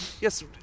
yes